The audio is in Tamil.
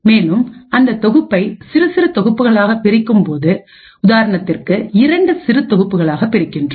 மேலும்அந்த தொகுப்பை சிறு சிறு தொகுப்புகளாக பிரிக்கும் போது உதாரணத்திற்கு இரண்டு சிறு தொகுப்புகளாக பிரிக்கின்றோம்